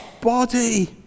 body